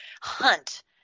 hunt